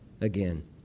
again